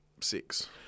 Six